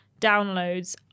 downloads